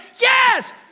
Yes